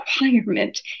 requirement